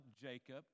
Jacob